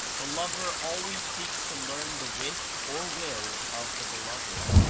the lover always seeks to learn the wish or will of the beloved,